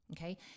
okay